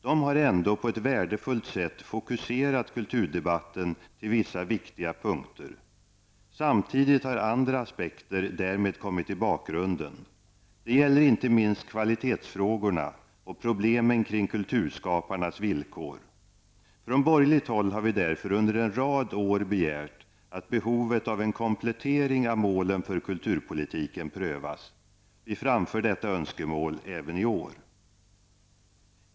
De har ändå på ett värdefullt sätt fokuserat kulturdebatten till vissa viktiga punkter. Samtidigt har andra aspekter därmed kommit i bakgrunden. Det gäller inte minst kvalitetsfrågorna och problemen kring kulturskaparnas villkor. Från borgerligt håll har vi därför under en rad år begärt att behovet av en komplettering av målen för kulturpolitiken prövas. Vi framför detta önskemål även i år.